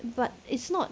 but it's not